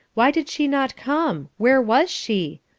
why did she not come? where was she?